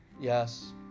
yes